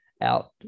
out